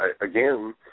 again